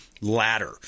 ladder